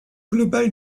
global